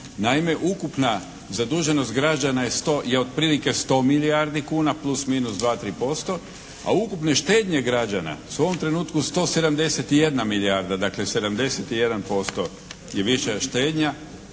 Naime, ukupna zaduženost građana je otprilike 100 milijardi kuna plus, minus 2%, 3% a ukupne štednje građana su u ovom trenutku 171 milijarda. Dakle 71% je više štednja